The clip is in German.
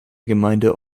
gemeinde